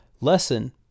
lesson